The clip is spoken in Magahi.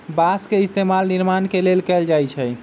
बास के इस्तेमाल निर्माण के लेल कएल जाई छई